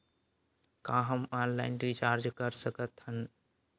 का हम online recharge कर सकत हन?